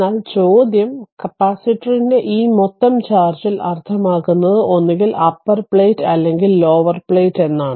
എന്നാൽ ചോദ്യം കപ്പാസിറ്ററിന്റെ ഈ മൊത്തം ചാർജിൽ അർത്ഥമാക്കുന്നത് ഒന്നുകിൽ അപ്പർ പ്ലേറ്റ് അല്ലെങ്കിൽ ലോവർ പ്ലേറ്റ് എന്നാണ്